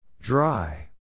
Dry